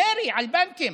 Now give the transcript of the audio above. ירי על בנקים.